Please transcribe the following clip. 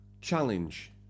Challenge